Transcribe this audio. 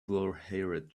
blondhaired